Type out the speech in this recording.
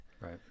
Right